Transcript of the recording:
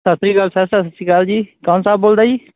ਸਤਿ ਸ਼੍ਰੀ ਅਕਾਲ ਸਰ ਸਤਿ ਸ਼੍ਰੀ ਅਕਾਲ ਜੀ ਕੌਣ ਸਾਹਿਬ ਬੋਲਦਾ ਜੀ